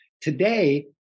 today